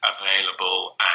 available